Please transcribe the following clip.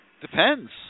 depends